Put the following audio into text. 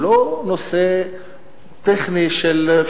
הוא לא נושא טכני של,